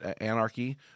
anarchy